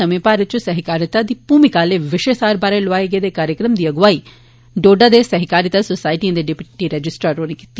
नमें भारत इच सहकारिता दी भूमिका आले विषय सार बारै लोआए गेदे कार्यक्रम दी अगुवाई डोडा दे सहकारिता सोसायटी दे डिप्टी रजिस्ट्रार होरें कीती